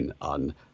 on